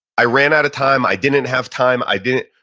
i ran out of time. i didn't have time, i didn't,